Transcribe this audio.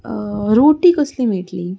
रोटी कसली मेळटली